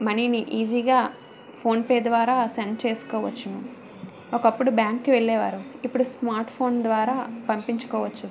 మనీని ఈజీగా ఫోన్పే ద్వారా సెండ్ చేసుకోవచ్చు ఒకప్పుడు బ్యాంకుకి వెళ్ళేవారు ఇప్పుడు స్మార్ట్ఫోన్ ద్వారా పంపించుకోవచ్చు